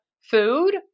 food